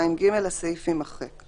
אדוני היושב-ראש, אני לא שומע את הדברים.